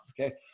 Okay